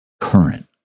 current